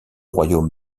royaumes